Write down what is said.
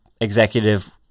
executive